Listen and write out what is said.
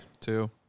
Two